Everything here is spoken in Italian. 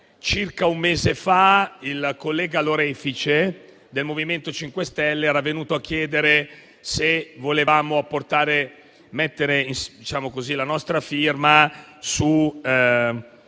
circa un mese fa il collega Lorefice del MoVimento 5 Stelle era venuto a chiedere se volevamo sottoscrivere la